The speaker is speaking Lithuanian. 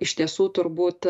iš tiesų turbūt